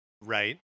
Right